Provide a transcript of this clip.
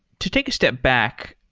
to take a step back,